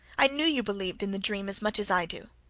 i knew you believed in the dream as much as i do.